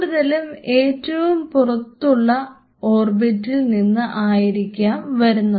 കൂടുതലും ഏറ്റവും പുറത്തുള്ള ഓർബിറ്റിൽ നിന്ന് ആയിരിക്കാം വരുന്നത്